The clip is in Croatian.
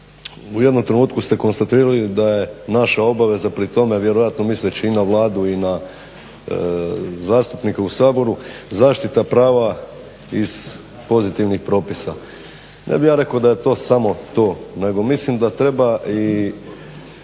U jednom trenutku ste konstatirali da je naša obaveza pri tome vjerojatno misleći i na Vladu i na zastupnike u Saboru zaštita prava iz pozitivnih propisa. Ne bih ja rekao da je to samo to, nego mislim da treba i